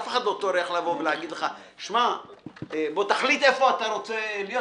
אף אחד לא פונה אליך ואומר לך תחליט איפה אתה רוצה להיות.